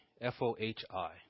F-O-H-I